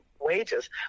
wages